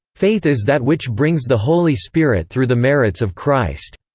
faith is that which brings the holy spirit through the merits of christ.